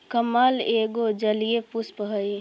कमल एगो जलीय पुष्प हइ